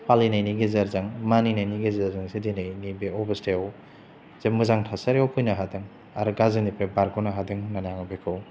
फालिनायनि गेजेरजों मानिनायनि गेजेरजोंसो दिनैनि बिब्दि अब'स्थायाव जे मोजां थासारियाव फैनो हादों आरो गाज्रिनिफ्राय बारग'नो हादों होननानै आं बेखौ